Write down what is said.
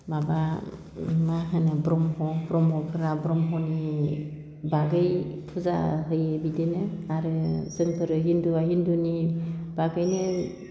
माबा माहोनो ब्रह्म ब्रह्मफोरा ब्रह्मनि बागै फुजा होयो बिदिनो आरो जोंफोरो हिन्दुआ हिन्दुनि बागैनो